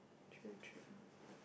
true true